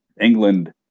England